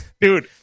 Dude